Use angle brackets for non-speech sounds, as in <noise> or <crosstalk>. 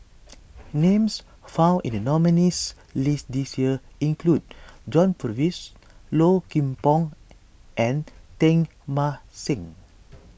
<noise> names found in the nominees' list this year include John Purvis Low Kim Pong and Teng Mah Seng <noise>